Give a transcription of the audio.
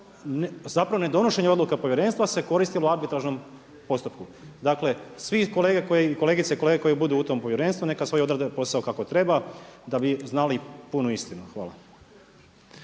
Zapravo ne donošenje odluka povjerenstva se koristilo u arbitražnom postupku. Dakle svi kolegice i kolege koji budu u tom povjerenstvu neka svoj odrade posao kako treba da bi znali punu istinu. Hvala.